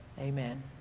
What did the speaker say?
Amen